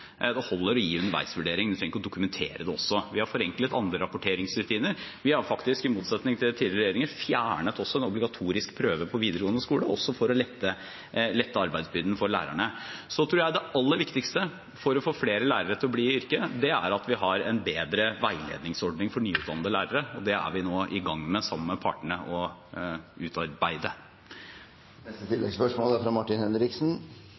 Det holder å gi underveisvurdering, man trenger ikke å dokumentere det også. Vi har forenklet andre rapporteringsrutiner. Vi har faktisk, i motsetning til tidligere regjeringer, fjernet en obligatorisk prøve på videregående skole – også for å lette arbeidsbyrden for lærerne. Jeg tror det aller viktigste for å få flere lærere til å bli i yrket er at vi har en bedre veiledningsordning for nyutdannede lærere, og det er vi nå i gang med å utarbeide sammen med partene.